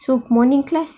so morning class